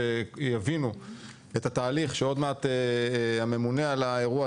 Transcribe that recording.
כשיבינו את התהליך שעוד מעט הממונה על האירוע,